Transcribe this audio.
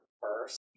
first